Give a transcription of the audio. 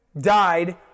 died